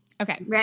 Okay